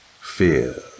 fear